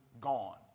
gone